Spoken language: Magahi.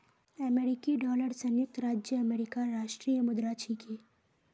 अमेरिकी डॉलर संयुक्त राज्य अमेरिकार राष्ट्रीय मुद्रा छिके